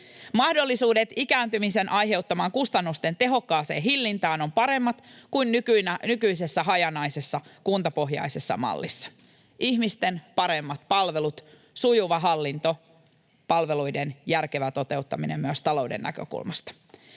Mahdollisuudet ikääntymisen aiheuttamien kustannusten tehokkaaseen hillintään ovat paremmat kuin nykyisessä hajanaisessa kuntapohjaisessa mallissa — ihmisten paremmat palvelut, sujuva hallinto, palveluiden järkevä toteuttaminen myös talouden näkökulmasta.